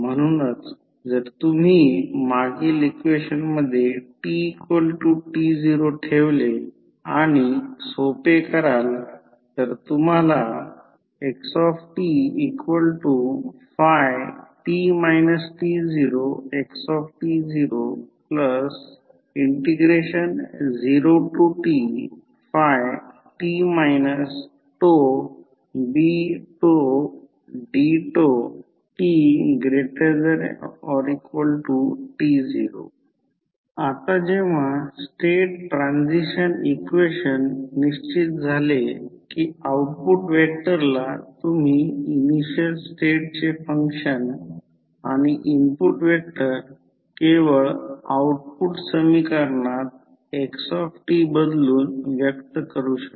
म्हणूनच जर तुम्ही मागील इक्वेशन मध्ये tt0ठेवले आणि सोपे कराल तर तुम्हाला मिळेल xφt t0xt00tt τBudτt≥t0 आता जेव्हा स्टेट ट्रान्सिशन इक्वेशन निश्चित झाले की आउटपुट व्हेक्टरला तुम्ही इनिशियल स्टेटचे फंक्शन आणि इनपुट व्हेक्टर केवळ आउटपुट समीकरणात xt बदलून व्यक्त करू शकता